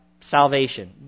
salvation